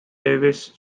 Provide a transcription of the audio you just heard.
davis